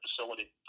facility